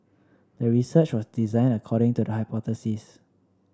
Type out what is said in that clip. the research was designed according to the hypothesis